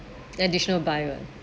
additional buy one